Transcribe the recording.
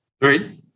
right